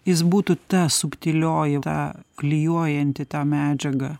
jis būtų ta subtilioji ta klijuojanti tą medžiagą